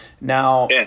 Now